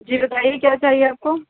جی بتائیے کیا چاہیے آپ کو